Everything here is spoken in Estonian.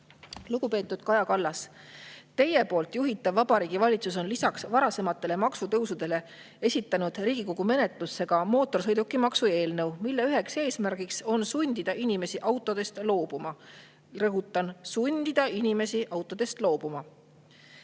Lugupeetud Kaja Kallas, teie juhitav Vabariigi Valitsus on lisaks varasematele maksutõusudele esitanud Riigikogu menetlusse ka mootorsõidukimaksu eelnõu, mille üheks eesmärgiks on sundida inimesi autodest loobuma. Rõhutan: sundida inimesi autodest loobuma.